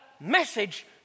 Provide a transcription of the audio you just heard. message